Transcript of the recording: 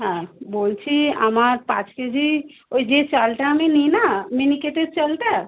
হ্যাঁ বলছি আমার পাঁচ কেজি ওই যেই চালটা আমি নিই না মিনিকেটের চালটা